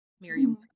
Miriam